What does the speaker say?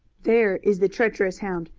there is the treacherous hound.